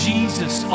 Jesus